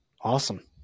awesome